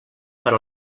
per